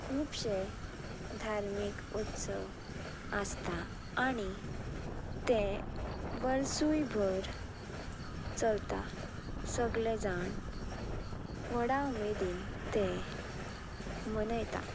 खुबशे धार्मीक उत्सव आसता आनी ते वर्सूय भर चलता सगले जाण व्हडा उमेदीन ते मनयता